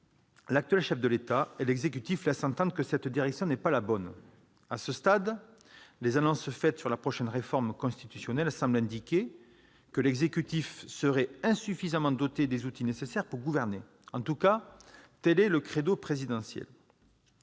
l'actuel chef de l'État et l'exécutif laissent entendre que cette direction n'est pas la bonne. À ce stade, les annonces faites sur la prochaine réforme constitutionnelle semblent indiquer que l'exécutif serait insuffisamment doté des outils nécessaires pour gouverner. En tout cas, tel est le credo présidentiel.